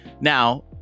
Now